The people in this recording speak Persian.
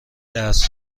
درس